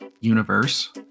universe